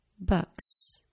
bucks